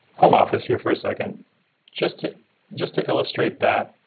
home office here for a second just to just to illustrate that.